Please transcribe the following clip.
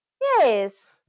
Yes